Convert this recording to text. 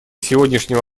сегодняшнего